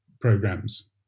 programs